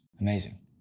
Amazing